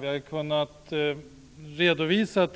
Vi har kunnat redovisa